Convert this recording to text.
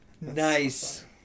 Nice